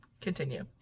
Continue